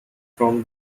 from